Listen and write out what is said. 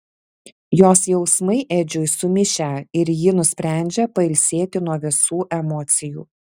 jos jausmai edžiui sumišę ir ji nusprendžia pailsėti nuo visų emocijų